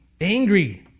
angry